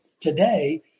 today